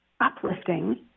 uplifting